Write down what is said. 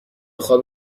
خواب